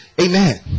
Amen